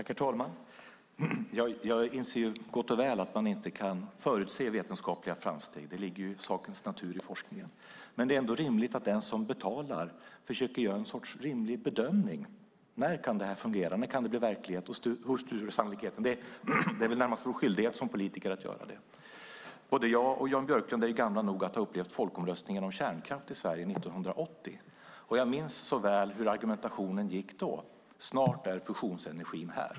Herr talman! Jag inser mycket väl att man inte kan förutse vetenskapliga framsteg. Det ligger i sakens natur i forskningen. Men det är ändå rimligt att den som betalar försöker göra en sorts rimlig bedömning av när detta kan fungera och när det kan bli verklighet och hur stor sannolikheten är. Det är närmast vår skyldighet som politiker att göra det. Både jag och Jan Björklund är gamla nog att ha upplevt folkomröstningen om kärnkraft i Sverige 1980. Jag minns så väl hur argumentationen gick då: Snart är fusionsenergin här.